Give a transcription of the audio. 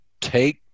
take